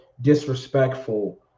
disrespectful